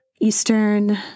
Eastern